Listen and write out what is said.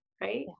Right